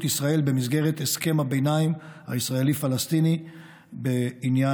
ישראל במסגרת הסכם הביניים הישראלי-פלסטיני בעניין